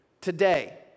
today